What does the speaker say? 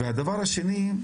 הדבר השני,